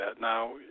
Now